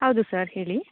ಹೌದು ಸಾರ್ ಹೇಳಿ